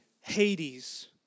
Hades